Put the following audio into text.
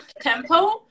tempo